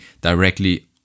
directly